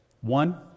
One